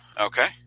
Okay